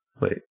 Wait